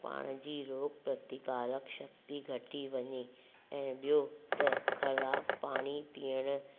पाण जी रोग प्रतिकारक शक्ती घटी वञे ऐं ॿियो त ख़राबु पाणी पीअणु